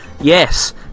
Yes